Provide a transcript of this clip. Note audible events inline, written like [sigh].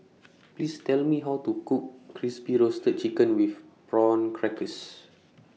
[noise] Please Tell Me How to Cook Crispy Roasted Chicken with Prawn Crackers